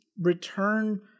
return